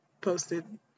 posted